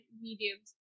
mediums